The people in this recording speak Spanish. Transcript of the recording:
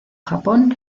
japón